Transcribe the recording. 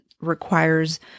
requires